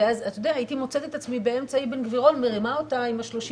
הייתי מוצאת את עצמי באמצע אבן גבירול מרימה אותה עם ה-30